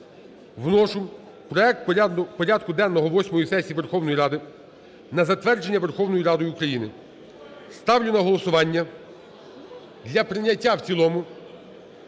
вношу проект порядку денного восьмої сесії Верховної Ради на затвердження Верховною Радою України. Ставлю на голосування для прийняття в цілому